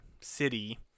city